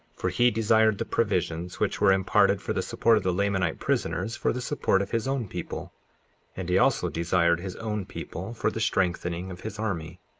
for he desired the provisions which were imparted for the support of the lamanite prisoners for the support of his own people and he also desired his own people for the strengthening of his army.